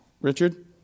Richard